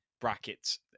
brackets